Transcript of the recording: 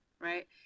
right